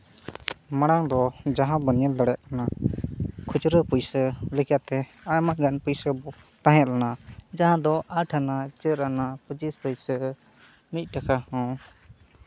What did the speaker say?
ᱢᱟᱲᱟᱝ ᱫᱚ ᱡᱟᱦᱟᱸ ᱵᱚᱱ ᱧᱮᱞ ᱫᱟᱲᱮᱭᱟᱜ ᱠᱟᱱᱟ ᱠᱷᱩᱪᱨᱟᱹ ᱯᱩᱭᱥᱟᱹ ᱞᱮᱠᱟᱛᱮ ᱟᱭᱢᱟ ᱜᱟᱱ ᱯᱚᱭᱥᱟ ᱵᱚᱱ ᱛᱟᱦᱮᱸ ᱞᱮᱱᱟ ᱡᱟᱦᱟᱸ ᱫᱚ ᱟᱴᱟᱱᱟ ᱪᱟᱹᱨ ᱟᱱᱟ ᱯᱚᱸᱪᱤᱥ ᱯᱩᱭᱥᱟᱹ ᱢᱤᱫ ᱴᱟᱠᱟ ᱦᱚᱸ